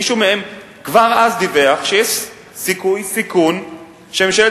מישהו מהם כבר אז דיווח שיש סיכון שממשלת